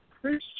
Christian